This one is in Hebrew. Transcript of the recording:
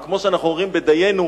וכמו שאנחנו אומרים ב"דיינו":